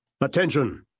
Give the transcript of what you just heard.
Attention